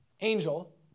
Angel